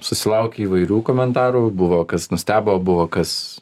susilaukė įvairių komentarų buvo kas nustebo buvo kas